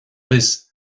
bhfios